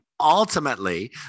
ultimately